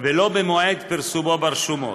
ולא במועד פרסומו ברשומות.